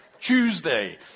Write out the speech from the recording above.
Tuesday